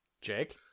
Jake